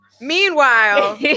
meanwhile